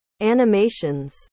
animations